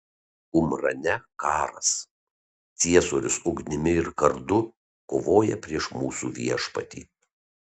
kumrane karas ciesorius ugnimi ir kardu kovoja prieš mūsų viešpatį